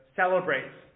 celebrates